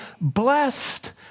blessed